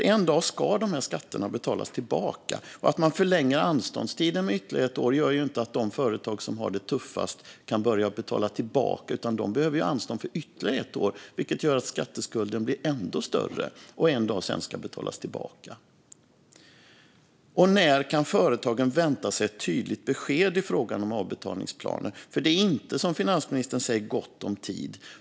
En dag ska dessa skatter betalas tillbaka. Att man förlänger anståndstiden med ytterligare ett år gör inte att de företag som har det tuffast kan börja betala tillbaka. De behöver anstånd för ytterligare ett år, vilket gör att skatteskulden blir ännu större och sedan en dag ska betalas tillbaka. När kan företagen vänta sig ett tydligt besked i frågan om avbetalningsplaner? Det är inte, som finansministern säger, gott om tid.